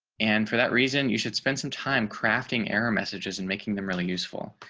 and for that reason, you should spend some time crafting error messages and making them really useful.